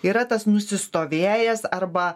yra tas nusistovėjęs arba